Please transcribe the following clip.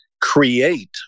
create